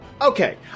okay